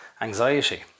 anxiety